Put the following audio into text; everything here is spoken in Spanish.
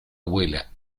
abuela